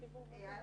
את